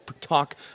talk